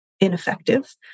ineffective